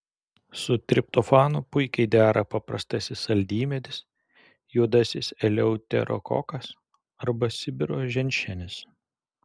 su triptofanu puikiai dera paprastasis saldymedis juodasis eleuterokokas arba sibiro ženšenis